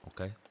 Okay